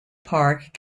park